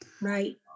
Right